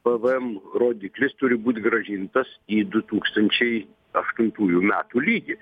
pvm rodiklis turi būt grąžintas į du tūkstančiai aštuntųjų metų lygį